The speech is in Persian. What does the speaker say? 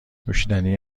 نوشیدنی